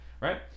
right